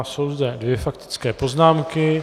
Jsou zde dvě faktické poznámky.